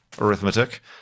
arithmetic